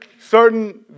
Certain